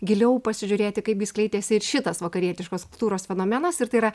giliau pasižiūrėti kaipgi skleidėsi ir šitas vakarietiškos kultūros fenomenas ir tai yra